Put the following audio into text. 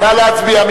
נא להצביע.